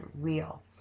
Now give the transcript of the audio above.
real